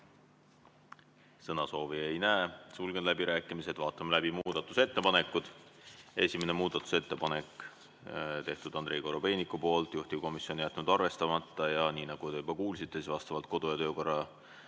Sõnasoove ma ei näe, sulgen läbirääkimised. Vaatame läbi muudatusettepanekud. Esimese muudatusettepaneku on teinud Andrei Korobeinik, juhtivkomisjon on jätnud arvestamata. Ja nii nagu te juba kuulsite, vastavalt kodu- ja töökorra